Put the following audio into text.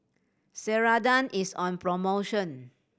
Ceradan is on promotion